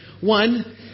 One